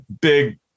big